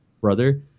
Brother